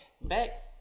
back